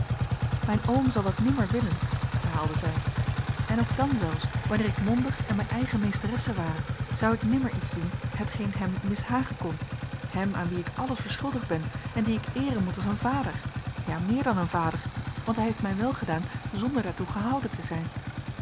mijn oom zal dat nimmer willen herhaalde zij en ook dan zelfs wanneer ik mondig en mijn eigen meesteresse ware zou ik nimmer iets doen hetgeen hem mishagen kon hem aan wien ik alles verschuldigd ben en dien ik eeren moet als een vader ja meer dan een vader want hij heeft mij welgedaan zonder daartoe gehouden te zijn